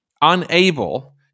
unable